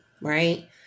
Right